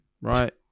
right